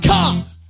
Cops